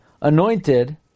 anointed